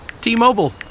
T-Mobile